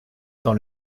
dans